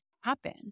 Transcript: happen